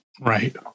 Right